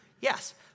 Yes